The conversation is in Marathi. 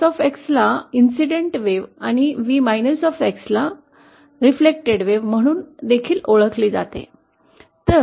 V x ला घटना लाट आणि V x परावर्तित लहरी म्हणून देखील ओळखले जाते